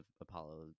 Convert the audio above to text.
apollo